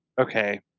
okay